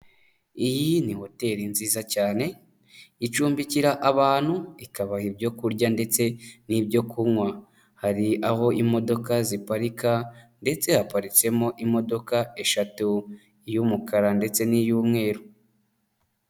Iyi ni hoteli nziza cyane, icumbikira abantu, ikabaha ibyo kurya ndetse n'ibyo kunywa, hari aho imodoka ziparika ndetse haparitsemo imodoka eshatu, iy'umukara ndetse n'iy'umweru.